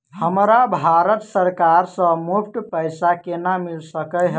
हमरा भारत सरकार सँ मुफ्त पैसा केना मिल सकै है?